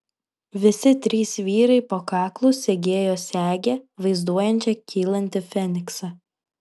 visi trys vyrai po kaklu segėjo segę vaizduojančią kylantį feniksą